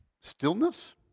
stillness